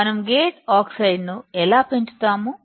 మనం gate oxide ను ఎలా పెంచుతాము